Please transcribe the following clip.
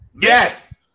Yes